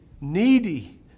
needy